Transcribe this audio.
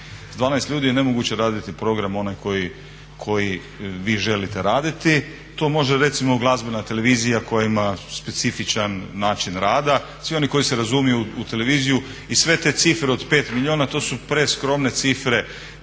12 ljudi je nemoguće raditi program onaj koji vi želite raditi. To može recimo glazbena televizija koja ima specifičan način rada. Svi oni koji se razumiju u televiziju i sve te cifre od 5 milijuna to su preskromne cifre.